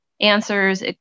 answers